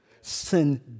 Sin